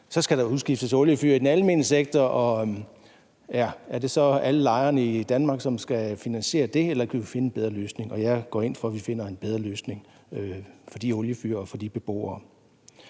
der skal udskiftes oliefyr i den almene sektor, og det så er alle lejerne i Danmark, som skal finansiere det, eller kan vi finde en bedre løsning? Jeg går ind for, at vi finder en bedre løsning i forhold til de oliefyr og for de beboere.